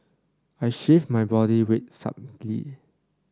I shift my body weight subtly